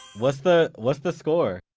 what's the what's the score?